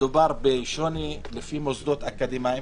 שמדובר בשוני לפי מוסדות אקדמיים,